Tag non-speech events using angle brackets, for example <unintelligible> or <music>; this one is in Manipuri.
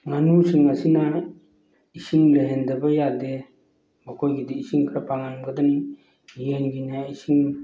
ꯉꯥꯅꯨꯁꯤꯡ ꯑꯁꯤꯅ ꯏꯁꯤꯡ ꯂꯩꯍꯟꯗꯕ ꯌꯥꯗꯦ ꯃꯈꯣꯏꯒꯤꯗꯤ ꯏꯁꯤꯡ ꯈꯔ <unintelligible> ꯌꯦꯟꯒꯤꯅ ꯏꯁꯤꯡ